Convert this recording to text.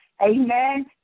Amen